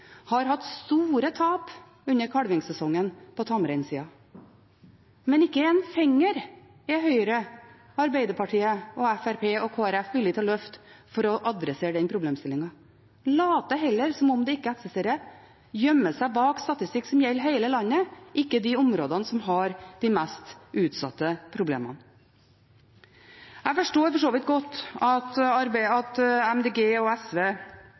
har hatt store tap under kalvingssesongen for tamrein. Men ikke en finger er Høyre, Arbeiderpartiet, Fremskrittspartiet og Kristelig Folkeparti villig til å løfte for å adressere den problemstillingen. De later heller som om det ikke eksisterer, gjemmer seg bak statistikk som gjelder hele landet, ikke for de områdene som er mest utsatt for problemer. Jeg forstår for så vidt godt at Miljøpartiet De Grønne og SV